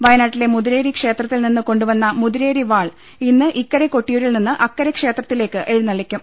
വയനാട്ടിലെ മുതിരേരി ക്ഷേത്ര ത്തിൽനിന്ന് കൊണ്ടുവന്ന മുതിരേരി വാൾ ഇന്ന് ഇക്കരെ കൊട്ടി യൂരിൽനിന്ന് അക്കരെ ക്ഷേത്രത്തിലേക്ക് എഴുന്നള്ളിക്കും